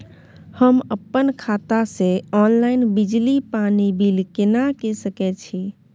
हम अपन खाता से ऑनलाइन बिजली पानी बिल केना के सकै छी?